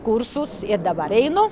kursus ir dabar einu